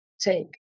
take